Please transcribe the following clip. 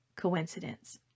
coincidence